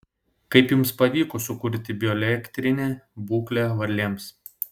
kaip jums pavyko sukurti bioelektrinę būklę varlėms